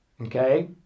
Okay